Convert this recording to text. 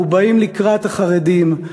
אנחנו באים לקראת החרדים.